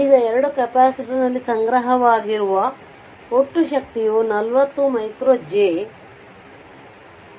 ಈಗ 2 ಕೆಪಾಸಿಟರ್ನಲ್ಲಿ ಸಂಗ್ರಹವಾಗಿರುವ ಒಟ್ಟು ಶಕ್ತಿಯು 40J 5760J5800J ಆಗಿದೆ